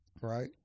Right